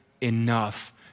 Enough